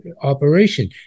operation